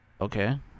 okay